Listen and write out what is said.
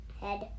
head